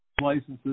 licenses